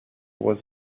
was